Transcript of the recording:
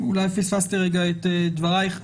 אולי פספסתי את דברייך,